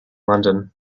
london